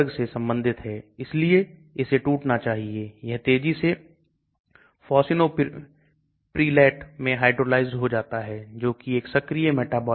यह कुछ विधियां हैं जिन्हें FDA द्वारा घुलनशीलता का निर्धारण करने के लिए अनुमोदित किया जाता है और यह सभी बहुत बहुत महत्वपूर्ण है ना केवल उस राशि को जो घुल जाती है बल्कि सामग्री को घुलने में कितना समय लगता है